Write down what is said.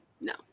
No